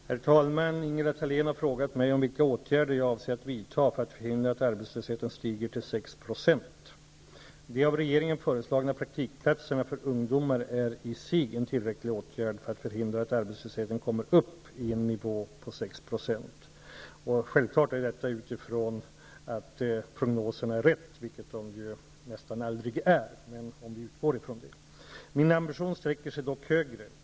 Herr talman! Ingela Thalén har frågat mig vilka åtgärder jag avser att vidta för att förhindra att arbetslösheten stiger till 6 % De av regeringen föreslagna praktikplatserna för ungdomar är i sig en tillräcklig åtgärd för att förhindra att arbetslösheten kommer upp i en nivå av 6 %. Jag utgår här från att prognoserna är riktiga, vilket de nästan aldrig är. Min ambition sträcker sig dock högre.